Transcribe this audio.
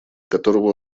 которого